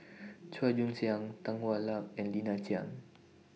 Chua Joon Siang Tan Hwa Luck and Lina Chiam